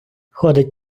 ходить